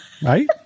Right